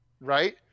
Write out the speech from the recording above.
right